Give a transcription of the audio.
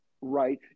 right